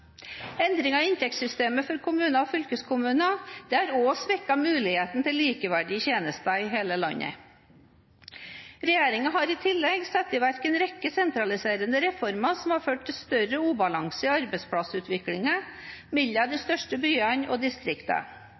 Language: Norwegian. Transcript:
Endringer i inntektssystemet for kommunene og fylkeskommunene har også svekket muligheten til likeverdige tjenester i hele landet. Regjeringen har i tillegg satt i verk en rekke sentraliserende reformer som har ført til større ubalanse i arbeidsplassutviklingen mellom de største byene og